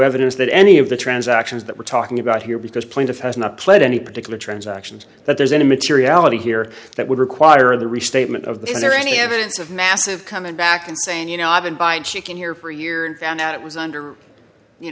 evidence that any of the transactions that we're talking about here because plaintiff has not played any particular transactions that there's any materiality here that would require the restatement of this is there any evidence of massive coming back and saying you know i've been buying chicken here for a year and found out it was under you